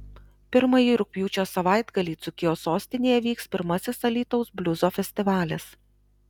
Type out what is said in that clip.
pirmąjį rugpjūčio savaitgalį dzūkijos sostinėje vyks pirmasis alytaus bliuzo festivalis